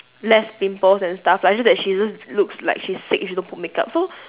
less pimples and stuff like just that she just looks like she's sick if she don't put makeup so